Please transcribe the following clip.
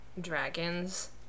dragons